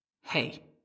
Hey